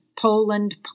Poland